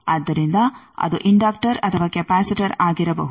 ಆದ್ದರಿಂದ ಅದು ಇಂಡಕ್ಟರ್ ಅಥವಾ ಕೆಪಾಸಿಟರ್ ಆಗಿರಬಹುದು